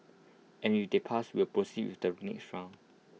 and if they pass we'll proceed with the next round